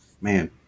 man